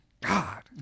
God